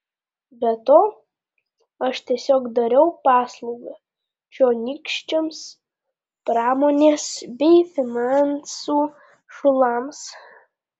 be to aš tiesiog dariau paslaugą čionykščiams pramonės bei finansų šulams